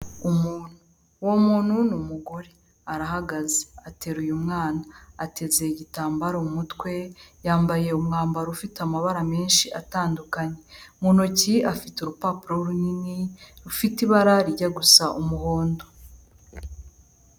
Umuntu, uwo muntu ni umugore, arahagaze ateruye mwana, ateze igitambaro ku umutwe yambaye umwambaro ufite amabara menshi atandukanye, mu ntoki afite urupapuro runini rufite ibarajya gusa umuhondo.